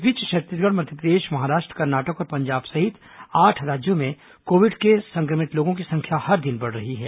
इस बीच छत्तीसगढ़ मध्यप्रदेश महाराष्ट्र कर्नाटक और पंजाब सहित आठ राज्यों में कोविड से संक्रमित लोगों की संख्या हर दिन बढ़ रही है